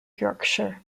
yorkshire